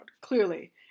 clearly